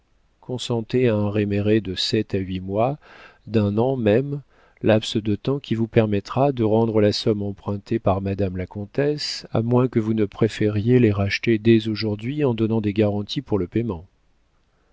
consentez à un réméré de sept à huit mois d'un an même laps de temps qui vous permettra de rendre la somme empruntée par madame la comtesse à moins que vous ne préfériez les racheter dès aujourd'hui en donnant des garanties pour le paiement